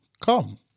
come